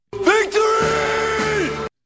Victory